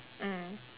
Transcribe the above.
mm